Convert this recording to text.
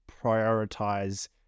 prioritize